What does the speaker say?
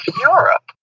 Europe